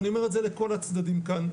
ואני אומר את זה לכל הצדדים כאן,